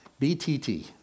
BTT